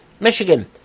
Michigan